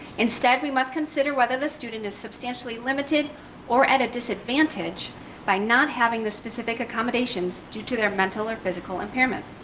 instead, we must consider whether the student is substantially limited or at a disadvantage by not having the specific accommodations due to their mental or physical impairment.